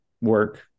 work